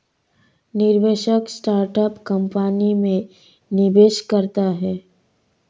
निवेशक startup company में निवेश करता है